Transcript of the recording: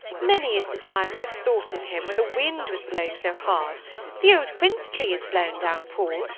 many is the time we have thought of him when the wind was blowing so hard the old quince-tree is blown down, paul,